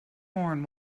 horn